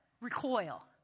recoil